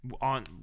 On